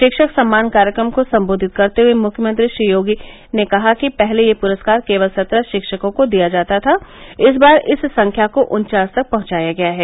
शिक्षक सम्मान कार्यक्रम को सम्बोधित करते हुये मुख्यमंत्री श्री योगी ने कहा कि पहले यह पुरस्कार केवल सत्रह शिक्षकों को दिया जाता था इस बार इस संख्या को उन्चास तक पहुंचाया गया है